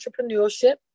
entrepreneurship